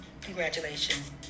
Congratulations